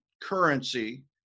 currency